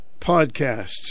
podcasts